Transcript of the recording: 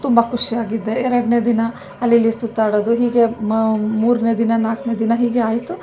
ತುಂಬ ಖುಷಿಯಾಗಿದ್ದೆ ಎರಡನೇ ದಿನ ಅಲ್ಲಿ ಇಲ್ಲಿ ಸುತ್ತಾಡೋದು ಹೀಗೆ ಮೂರನೇ ದಿನ ನಾಲ್ಕ್ನೇ ದಿನ ಹೀಗೆ ಆಯಿತು